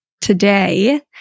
today